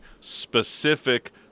specific